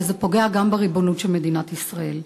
וזה פוגע גם בריבונות של מדינת ישראל.